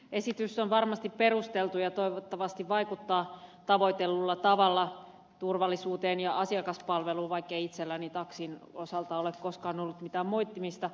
esitys on varmasti perusteltu ja toivottavasti vaikuttaa tavoitellulla tavalla turvallisuuteen ja asiakaspalveluun vaikkei itselläni taksin osalta ole koskaan ollut mitään moittimista